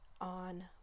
on